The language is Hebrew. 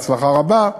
בהצלחה רבה,